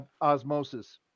osmosis